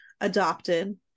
adopted